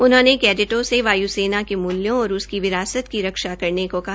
उन्होंने कैडेटों से वायु सेना के मूल्यों और उसकी विरासत की रक्षा करने को कहा